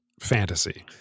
fantasy